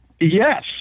Yes